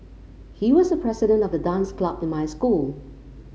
he was the president of the dance club in my school